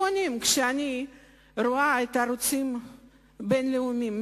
כשאני רואה את הערוצים הבין-לאומיים,